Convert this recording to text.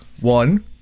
one